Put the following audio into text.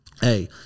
Hey